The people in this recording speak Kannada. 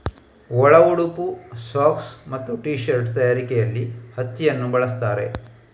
ಒಳ ಉಡುಪು, ಸಾಕ್ಸ್ ಮತ್ತೆ ಟೀ ಶರ್ಟ್ ತಯಾರಿಕೆಯಲ್ಲಿ ಹತ್ತಿಯನ್ನ ಬಳಸ್ತಾರೆ